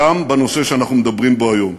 גם בנושא שאנחנו מדברים עליו היום.